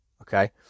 Okay